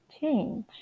change